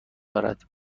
دارد